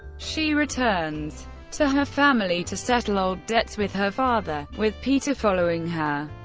she returns to her family to settle old debts with her father, with peter following her.